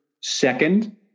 Second